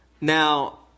Now